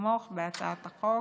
לתמוך בהצעת החוק,